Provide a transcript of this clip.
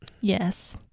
yes